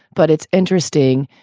but it's interesting,